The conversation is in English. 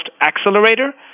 Accelerator